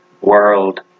world